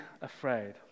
afraid